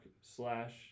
slash